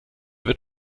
wird